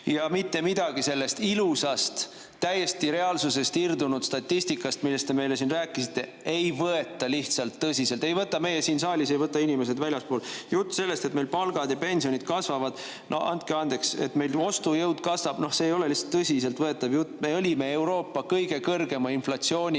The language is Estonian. Mitte midagi sellest ilusast, reaalsusest täiesti irdunud statistikast, millest te meile siin rääkisite, ei võeta lihtsalt tõsiselt. Ei võta meie siin saalis, ei võta inimesed väljaspool seda saali. Jutt sellest, et meil palgad ja pensionid kasvavad – no andke andeks, see jutt, et meil ostujõud kasvab, ei ole lihtsalt tõsiselt võetav. Me oleme olnud Euroopa kõige kõrgema inflatsiooniga